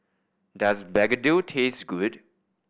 does begedil taste good